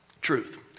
truth